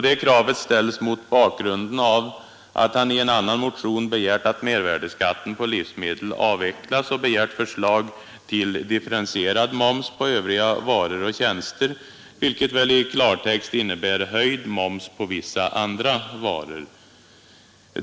Det kravet ställs mot bakgrunden av att han i en annan motion begärt att mervärdeskatten på livsmedel avvecklas och begärt förslag till differentierad moms på övriga varor och tjänster, vilket i klartext innebär höjd moms på vissa andra varor.